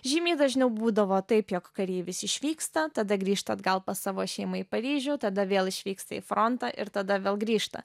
žymiai dažniau būdavo taip jog kareivis išvyksta tada grįžta atgal pas savo šeimą į paryžių tada vėl išvyksta į frontą ir tada vėl grįžta